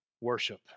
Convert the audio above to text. Worship